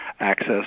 access